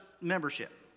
membership